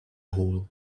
hole